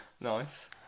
Nice